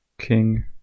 King